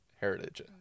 heritage